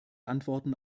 antworten